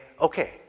okay